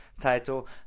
title